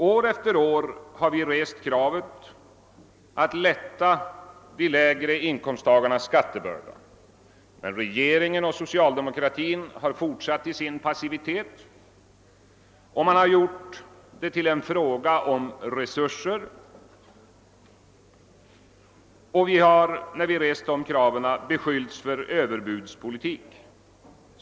År efter år har vi från centern rest kravet att lätta de lägre inkomsttagarnas skattebörda. Men regeringen och socialdemokratin har fortsatt sin passivitet. Man har gjort det till en fråga om resurser, och vi har, när vi har rest dessa krav, beskyllts för överbudspolitik.